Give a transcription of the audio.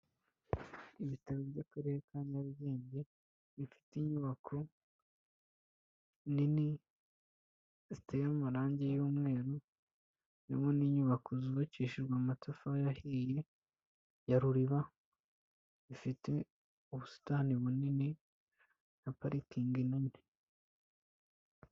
Ibitaro by'Akarere ka Nyarugenge bifite inyubako nini ziteye amarange y'umweru, haririmo n'inyubako zubakishijwe amatafari ahiye ya ruriba zifite ubusitani bunini na parikingi nini.